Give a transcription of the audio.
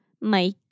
Mike